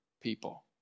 people